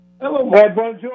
Hello